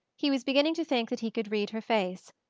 he was beginning to think that he could read her face,